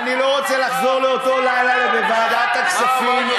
אני לא רוצה לחזור לאותו לילה בוועדת הכספים,